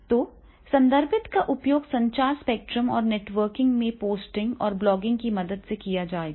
तो संदर्भ का उपयोग संचार स्पेक्ट्रम और नेटवर्किंग में पोस्टिंग और ब्लॉगिंग की मदद से किया जाएगा